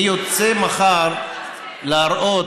אני יוצא מחר להראות,